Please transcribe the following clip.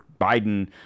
Biden